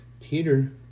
Peter